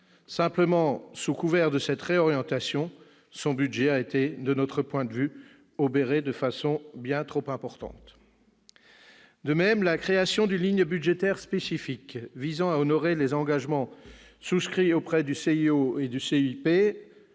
Simplement, sous couvert de cette réorientation, son budget a été, de notre point de vue, obéré de façon bien trop importante. De même, la création d'une ligne budgétaire spécifique visant à honorer les engagements souscrits auprès du Comité